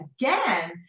again